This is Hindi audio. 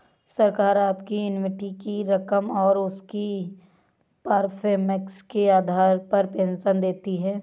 सरकार आपकी एन्युटी की रकम और उसकी परफॉर्मेंस के आधार पर पेंशन देती है